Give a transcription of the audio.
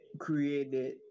created